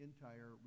entire